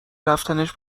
رفتنش